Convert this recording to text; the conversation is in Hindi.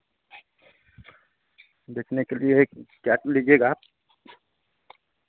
बेचने के लिए क्या लीजिएगा